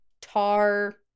tar